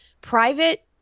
private